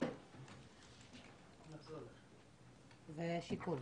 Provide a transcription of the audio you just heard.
זה שיכון.